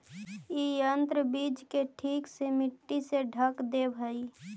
इ यन्त्र बीज के ठीक से मट्टी से ढँक देवऽ हई